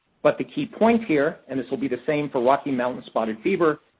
but the key point here, and this will be the same for rocky mountain spotted fever,